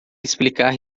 explicar